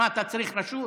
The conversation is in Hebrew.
מה, אתה צריך רשות?